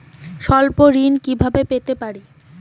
স্বল্প ঋণ কিভাবে পেতে পারি?